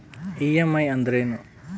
EMI ಅಂದ್ರೇನು?